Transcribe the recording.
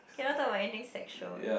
cannot talk about anything sexual